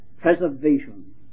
preservation